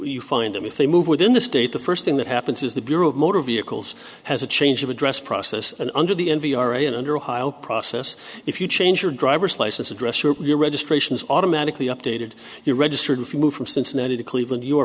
you find them if they move within the state the first thing that happens is the bureau of motor vehicles has a change of address process and under the n p r and under ohio process if you change your driver's license address or your registration is automatically updated you're registered for move from cincinnati to cleveland your